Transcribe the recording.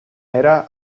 era